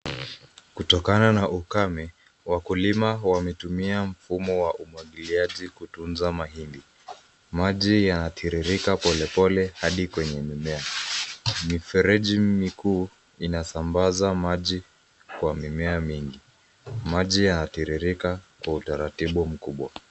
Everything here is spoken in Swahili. Kutokana na ukame, wakulima wametumia mfumo wa umwagiliaji kutunza mahindi. Maji yanatiririka polepole hadi kwenye mimea. Mifereji mikuu inasambaza maji kwa mimea mingi, maji yanatiririka kwa utaratibu mkubwa.